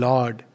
Lord